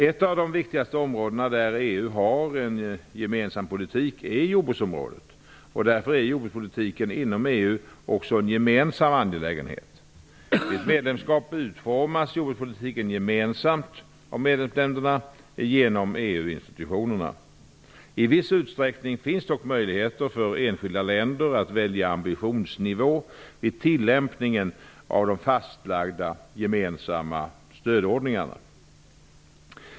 Ett av de viktigaste områdena där EU har en gemensam politik är jordbruksområdet, och därför är jordbrukspolitiken inom EU också en gemensam angelägenhet. Vid ett medlemskap utformas jordbrukspolitiken gemensamt av medlemsländerna genom EU-institutionerna. I viss utsträckning finns dock möjligheter för enskilda länder att välja ambitionsnivå vid tillämpningen av de fastlagda gemensamma stödordningarna.